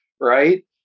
right